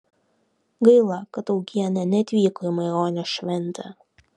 gaila kad augienė neatvyko į maironio šventę